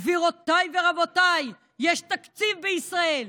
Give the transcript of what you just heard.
גבירותיי ורבותיי, יש תקציב בישראל,